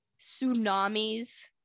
tsunamis